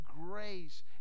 grace